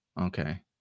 Okay